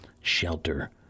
shelter